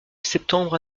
septembre